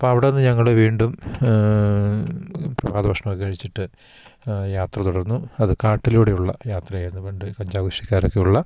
അപ്പം അവിടുന്ന് ഞങ്ങൾ വീണ്ടും പ്രഭാതഭക്ഷണം ഒക്കെ കഴിച്ചിട്ട് യാത്ര തുടർന്നു അത് കാട്ടിലൂടെയുള്ള യാത്രയായിരുന്നു പണ്ട് കഞ്ചാവ് കൃഷിക്കാരൊക്കെ ഉള്ള